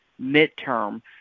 midterm